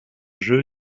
jeu